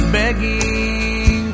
begging